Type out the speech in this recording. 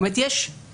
זאת אומרת, יש מסמך